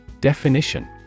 Definition